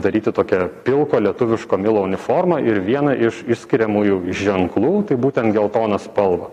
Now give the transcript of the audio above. daryti tokią pilko lietuviško milo uniformą ir vieną iš išskiriamųjų ženklų tai būtent geltoną spalvą